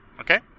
okay